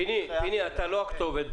פיני, אתה לא הכתובת.